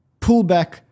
pullback